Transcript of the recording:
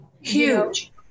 Huge